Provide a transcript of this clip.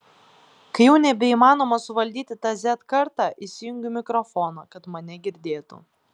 kai jau nebeįmanoma suvaldyti tą z kartą įsijungiu mikrofoną kad mane girdėtų